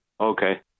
Okay